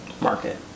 market